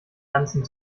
ganzen